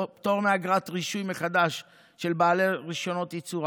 פטור מאגרת רישוי מחדש של בעלי רישיונות ייצור,